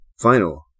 final